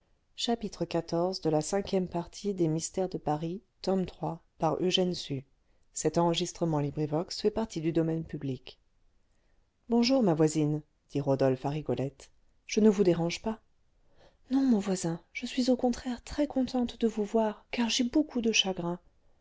bonjour ma voisine dit rodolphe à rigolette je ne vous dérange pas non mon voisin je suis au contraire très contente de vous voir car j'ai beaucoup de chagrin